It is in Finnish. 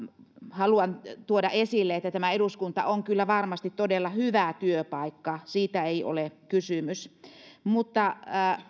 haluan tuoda esille että tämä eduskunta on kyllä varmasti todella hyvä työpaikka siitä ei ole kysymys mutta